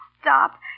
stop